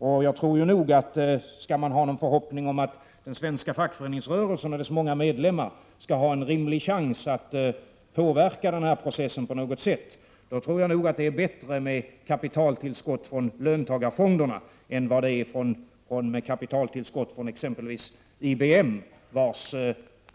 Om man nu kan hoppas på att den svenska fackföreningsrörelsen och dess många medlemmar skall ha en rimlig chans att påverka denna process på något sätt, tror jag nog att det är bättre med kapitaltillskott från löntagarfonderna än med kapitaltillskott från exempelvis IBM, vars